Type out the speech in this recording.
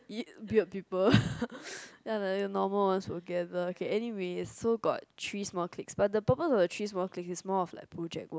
e~ weird people then normal one together anyway also got three small cliques but the purpose of three small cliques is more of like project work